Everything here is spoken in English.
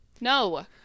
no